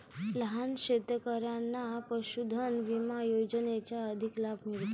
लहान शेतकऱ्यांना पशुधन विमा योजनेचा अधिक लाभ मिळतो